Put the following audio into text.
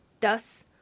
Thus